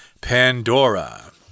pandora